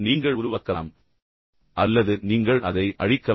நீங்கள் உருவாக்கலாம் அல்லது நீங்கள் அதை அழிக்கலாம்